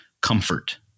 comfort